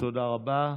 תודה רבה.